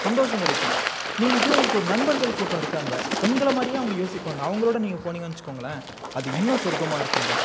சந்தோஷம் கிடைக்கும் நீங்கள் இதே உங்களுக்கு ஒரு நண்பர்கள் கூட்டம் இருக்கு அங்கே உங்களை மாதிரியே அவங்க யோசிப்பாங்க அவங்களோட நீங்க போனிங்கன்னு வச்சுக்கோங்களேன் அது இன்னும் சொர்க்கமா இருக்குங்க